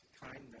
kindness